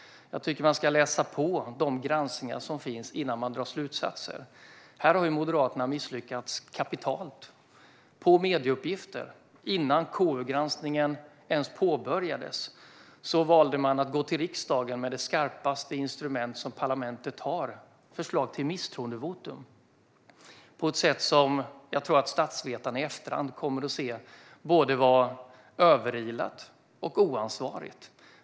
Jag tycker att man ska läsa på de granskningar som finns innan man drar slutsatser. Här har Moderaterna misslyckats kapitalt. Baserat på medieuppgifter, innan KU-granskningen ens påbörjades, valde man att gå till riksdagen med det skarpaste instrument som parlamentet har, nämligen förslag till misstroendevotum. Det skedde på ett sätt som jag tror att statsvetarna i efterhand kommer att anse var både överilat och oansvarigt.